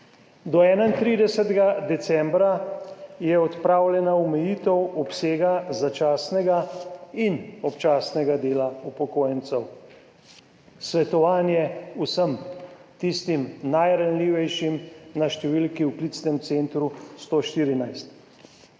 do 31. decembra je odpravljena omejitev obsega začasnega in občasnega dela upokojencev, svetovanje vsem tistim najranljivejšim v klicnem centru na